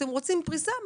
אתם רוצים פריסה,